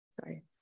Sorry